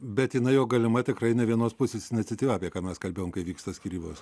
bet jinai jo galima tikrai ne vienos pusės iniciatyva apie ką mes kalbėjome kai vyksta skyrybos